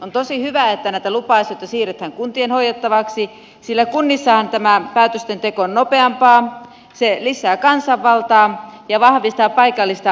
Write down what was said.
on tosi hyvä että näitä lupa asioita siirretään kuntien hoidettavaksi sillä kunnissahan päätöksenteko on nopeampaa se lisää kansanvaltaa ja vahvistaa paikallista asiantuntemusta